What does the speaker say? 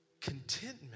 contentment